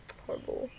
horrible